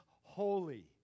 holy